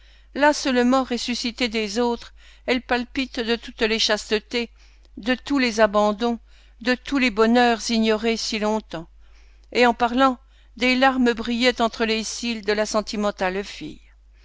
là seulement ressuscitée des autres elle palpite de toutes les chastetés de tous les abandons de tous les bonheurs ignorés si longtemps et en parlant des larmes brillaient entre les cils de la